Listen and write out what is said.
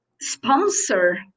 sponsor